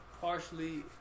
partially